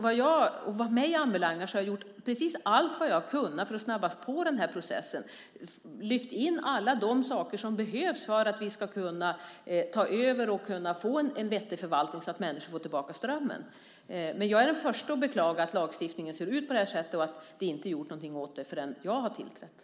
Vad mig anbelangar har jag gjort precis allt jag kunnat för att snabba på processen, lyft in alla de saker som behövs för att vi ska kunna ta över och få en vettig förvaltning så att människor får tillbaka strömmen. Jag är den första att beklaga att lagstiftningen ser ut som den gör och att det inte gjorts någonting åt den förrän jag tillträdde.